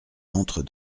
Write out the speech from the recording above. entre